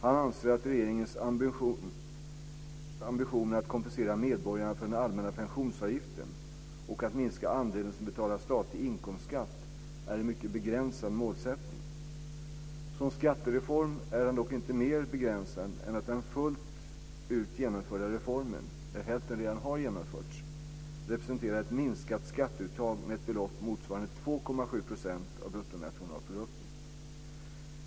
Han anser att regeringens ambition att kompensera medborgarna för den allmänna pensionsavgiften och att minska andelen som betalar statlig inkomstskatt är en mycket begränsad målsättning. Som skattereform är den dock inte mer begränsad än att den fullt ut genomförda reformen - där hälften redan har genomförts - representerar ett minskat skatteuttag med ett belopp motsvarande 2,7 % av bruttonationalprodukten.